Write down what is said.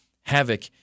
havoc